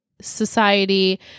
society